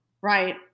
Right